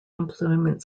employment